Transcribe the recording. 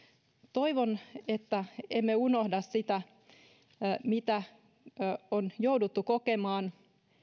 toivon että emme unohda sitä mitä on jouduttu kokemaan